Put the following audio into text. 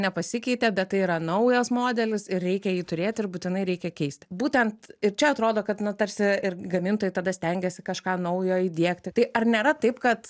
nepasikeitė bet tai yra naujas modelis ir reikia jį turėt ir būtinai reikia keist būtent ir čia atrodo kad na tarsi ir gamintojai tada stengiasi kažką naujo įdiegti tai ar nėra taip kad